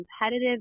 competitive